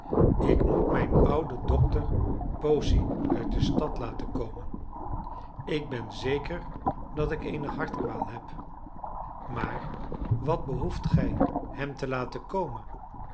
ik moet mijn ouden dokter posey uit de stad laten komen ik ben zeker dat ik eene hartkwaal heb maar wat behoeft gij hem te laten komen